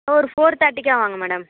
ஒரு ஃபோர் தேர்டிக்காக வாங்க மேடம்